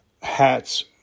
hats